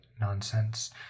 nonsense